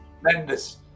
tremendous